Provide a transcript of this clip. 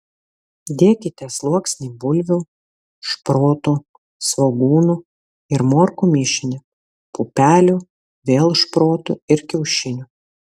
dėkite sluoksnį bulvių šprotų svogūnų ir morkų mišinį pupelių vėl šprotų ir kiaušinių